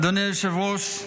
אדוני היושב-ראש,